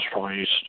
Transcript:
released